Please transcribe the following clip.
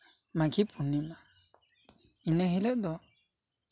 ᱢᱟᱜᱷᱤ ᱯᱩᱨᱱᱤᱢᱟ ᱤᱱᱟᱹ ᱦᱤᱞᱳᱜ ᱫᱚ